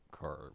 car